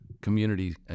community